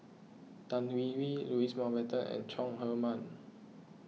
Tan Hwee Hwee Louis Mountbatten and Chong Heman